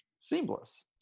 Seamless